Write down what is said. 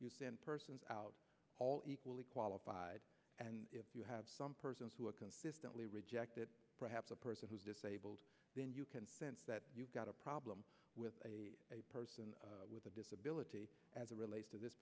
persons out all equally qualified and if you have some persons who are consistently rejected perhaps a person who's disabled then you can sense that you've got a problem with a person with a disability as it relates to this